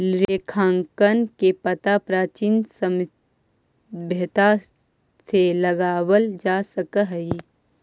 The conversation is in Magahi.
लेखांकन के पता प्राचीन सभ्यता से लगावल जा सकऽ हई